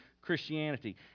Christianity